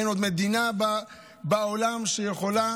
אין עוד מדינה בעולם שיכולה